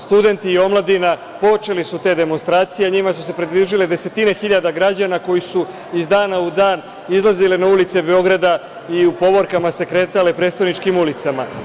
Studenti i omladina počeli su te demonstracije, njima su se približile desetine hiljada građana koji su iz dana u dan izlazili na ulice Beograda i u povorkama se kretale prestoničkim ulicama.